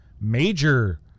major